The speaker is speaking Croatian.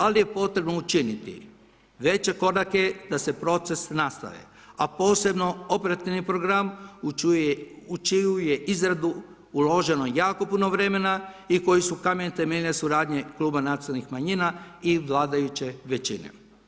Ali je potrebno učiniti veće korake da se proces nastavi, a posebno operativni program u čiju je izradu uloženo jako puno vremena i koji su kamen temeljac suradnje kluba nacionalnih manjina i vladajuće većine.